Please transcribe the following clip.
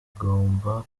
bigomba